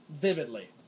vividly